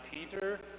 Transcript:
Peter